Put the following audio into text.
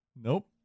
Nope